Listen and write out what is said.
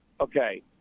Okay